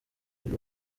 uyu